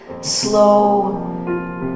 slow